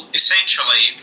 essentially